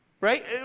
right